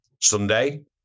Sunday